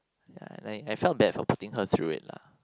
yeah like I felt bad for putting her through it lah